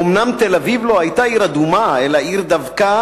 אומנם, תל-אביב לא היתה עיר אדומה, אלא עיר שדווקא